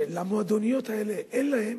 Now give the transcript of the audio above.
שלמועדוניות האלה אין להן,